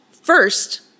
First